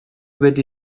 beti